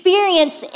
Experience